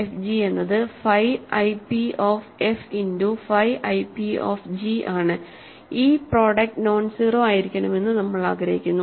fg എന്നത് ഫൈi p of f into ഫൈi p ഓഫ് g ആണ് ഈ പ്രോഡക്ട് നോൺസീറോ ആയിരിക്കണമെന്നു നമ്മൾ ആഗ്രഹിക്കുന്നു